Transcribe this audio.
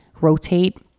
rotate